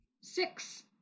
Six